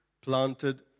planted